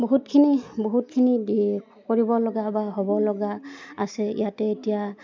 বহুতখিনি বহুতখিনি দি কৰিব লগা বা হ'ব লগা আছে ইয়াতে এতিয়া